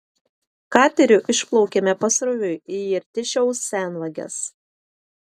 kateriu išplaukėme pasroviui į irtyšiaus senvages